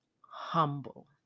humble